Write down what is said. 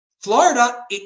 Florida